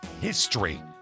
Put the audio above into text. history